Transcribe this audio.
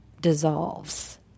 dissolves